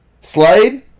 Slade